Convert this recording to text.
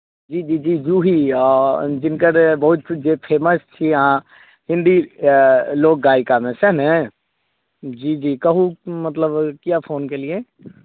जी जी जी जूही जिनकर बहुत जे फेमस छी अहाँ हिन्दी लोकगायिकामे सएह ने जी जी कहू मतलब किया फोनँ केलियै